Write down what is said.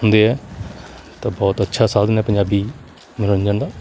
ਹੁੰਦੇ ਹੈ ਤਾਂ ਬਹੁਤ ਅੱਛਾ ਸਾਧਨ ਹੈ ਪੰਜਾਬੀ ਮਨੋਰੰਜਨ ਦਾ